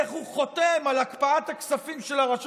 איך הוא חותם על הקפאת הכספים של הרשות